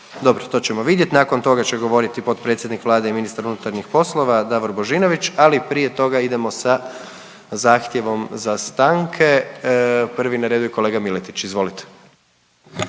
Dobro, to ćemo vidjet. Nakon toga će govoriti potpredsjednik Vlade i ministar unutarnjih poslova Davor Božinović, ali prije toga idemo sa zahtjevom za stanke. Prvi na redu je kolega Miletić. Izvolite.